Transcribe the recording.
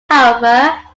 however